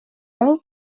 all